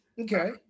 Okay